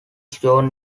john